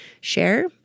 share